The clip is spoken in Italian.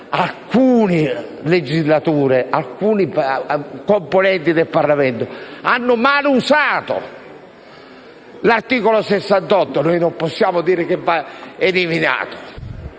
alcune legislature, alcuni componenti del Parlamento hanno male usato l'articolo 68, noi non possiamo dire che va eliminato.